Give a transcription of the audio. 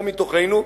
גם מתוכנו,